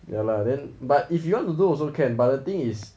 ya lah then but if you want to do also can but the thing is